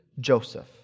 Joseph